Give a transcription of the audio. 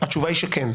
התשובה היא שכן.